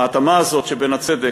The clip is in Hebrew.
ההתאמה הזאת שבין הצדק,